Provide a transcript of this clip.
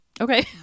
Okay